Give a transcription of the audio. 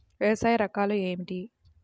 వ్యవసాయ రకాలు ఏమిటి?